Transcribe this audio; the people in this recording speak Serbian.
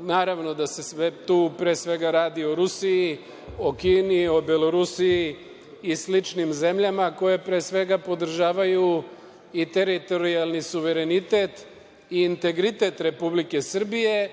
naravno da se tu pre svega radi o Rusiji, o Kini, o Belorusiji i sličnim zemljama koje pre svega podržavaju i teritorijalni suverenitet i integritet Republike Srbije.